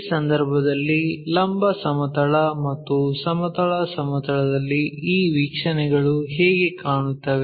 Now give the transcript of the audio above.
ಈ ಸಂದರ್ಭದಲ್ಲಿ ಲಂಬ ಸಮತಲ ಮತ್ತು ಸಮತಲ ಸಮತಲದಲ್ಲಿ ಈ ವೀಕ್ಷಣೆಗಳು ಹೇಗೆ ಕಾಣುತ್ತವೆ